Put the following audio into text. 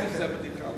אני עושה בדיקה.